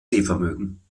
sehvermögen